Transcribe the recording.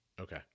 Okay